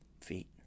feet